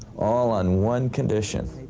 all on one condition